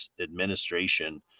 administration